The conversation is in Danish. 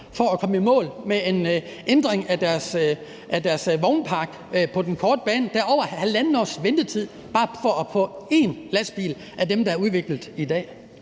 for at komme i mål med en ændring af deres vognpark på den korte bane. Der er over halvandet års ventetid på bare at få én lastbil af dem, der er udviklet i dag.